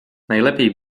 najlepiej